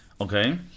Okay